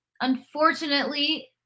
Unfortunately